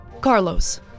Carlos